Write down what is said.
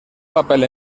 papel